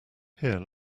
here